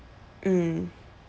mm